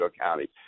County